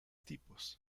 tipos